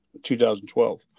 2012